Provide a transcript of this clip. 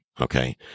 Okay